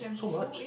so much